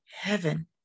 heaven